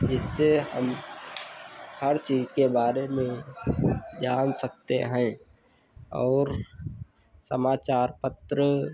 जिससे हम हर चीज़ के बारे में जान सकते हैं और समाचार पत्र